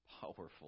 powerful